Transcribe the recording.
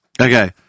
Okay